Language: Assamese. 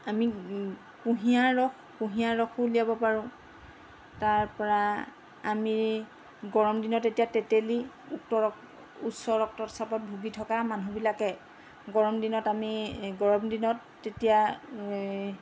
আমি কুঁহিয়াৰ ৰস কুঁহিয়াৰ ৰসো উলিয়াব পাৰোঁ তাৰপৰা আমি গৰম দিনত এতিয়া তেতেলী উচ্চ ৰক্তচাপত ভুগি থকা মানুহবিলাকে গৰম দিনত আমি গৰমদিনত তেতিয়া